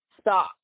stop